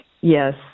Yes